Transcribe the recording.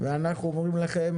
ואנחנו אומרים לכם